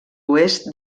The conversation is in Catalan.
oest